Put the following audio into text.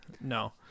No